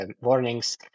warnings